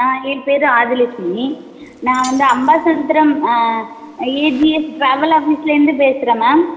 ஆ என் பேர் ஆதிலெட்சுமி நான் வந்து அம்பாசமுத்திரம் எஜிஎஸ் ட்ராவல் ஆஃபீஸில் இருந்து பேசுகிறேன் மேம்